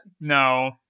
No